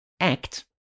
act